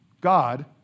God